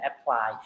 apply